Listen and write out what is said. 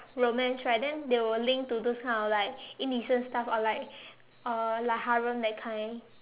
romance right then they will link to those kind of like indecent stuff or like uh like that kind